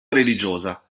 religiosa